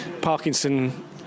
Parkinson